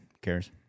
cares